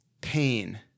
pain